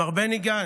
אפילו ארז מלול